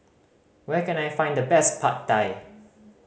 where can I find the best Pad Thai